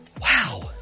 Wow